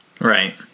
Right